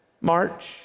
march